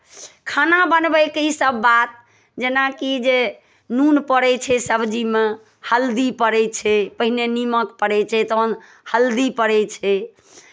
खाना बनबैके ईसभ बात जेनाकि जे नून पड़ै छै सब्जीमे हल्दी पड़ै छै पहिने निमक पड़ै छै तहन हल्दी पड़ै छै